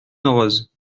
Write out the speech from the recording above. heureuse